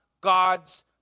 God's